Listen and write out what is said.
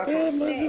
זה הכול.